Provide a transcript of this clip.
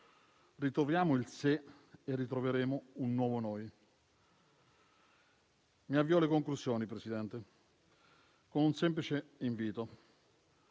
Ritroviamo il sé e ritroveremo un nuovo noi. Mi avvio alle conclusioni, Presidente, con un semplice invito.